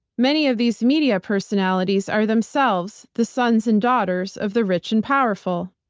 many of these media personalities are themselves the sons and daughters of the rich and powerful.